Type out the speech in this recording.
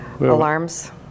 alarms